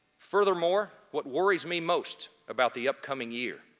furthermore, what worries me most about the upcoming year